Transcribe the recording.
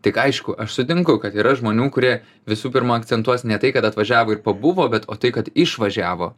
tik aišku aš sutinku kad yra žmonių kurie visų pirma akcentuos ne tai kad atvažiavo ir pabuvo be to tai kad išvažiavo